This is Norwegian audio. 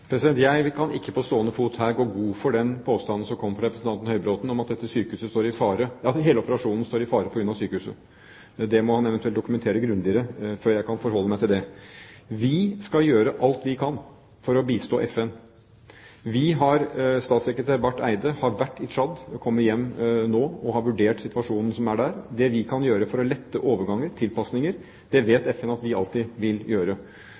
Jeg kan ikke på stående fot her gå god for den påstanden som kom fra representanten Høybråten, at hele operasjonen står i fare på grunn av dette sykehuset. Det må han eventuelt dokumentere grundigere før jeg kan forholde meg til det. Vi skal gjøre alt vi kan for å bistå FN. Statssekretær Barth Eide har vært i Tsjad og kommer hjem nå. Han har vurdert situasjonen som er der. Det vi kan gjøre for å lette overganger, tilpasninger, vet FN at vi alltid vil gjøre.